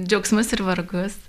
džiaugsmus ir vargus